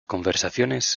conversaciones